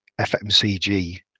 FMCG